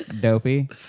Dopey